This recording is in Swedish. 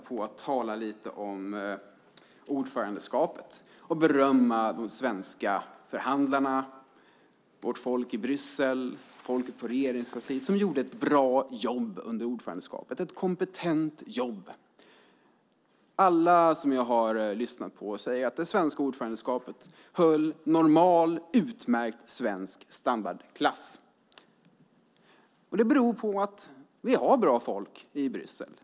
Jag ska tala något om ordförandeskapet och berömma de svenska förhandlarna, vårt folk i Bryssel och folket på Regeringskansliet som gjorde ett bra och kompetent jobb under ordförandeskapet. Alla som jag har lyssnat på säger att det svenska ordförandeskapet höll normal, utmärkt svensk standardklass. Det beror på att vi har bra folk i Bryssel.